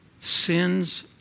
sins